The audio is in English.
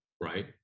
right